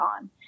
on